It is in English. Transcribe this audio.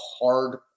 hard